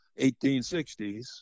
1860s